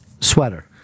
sweater